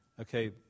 Okay